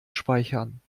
speichern